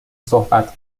صحبت